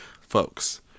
Folks